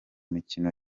mikino